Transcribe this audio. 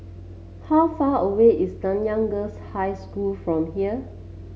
how far away is Nanyang Girls' High School from here